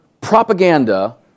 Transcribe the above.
propaganda